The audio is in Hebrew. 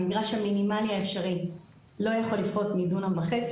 המגרש המינימלי האפשרי לא יכול לפחות מדונם וחצי.